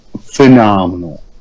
phenomenal